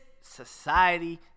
society